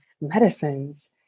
medicines